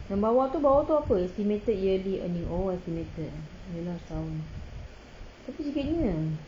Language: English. yang bawah tu bawah tu apa estimated yearly earning oh estimated eh iya lah setahun